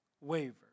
waver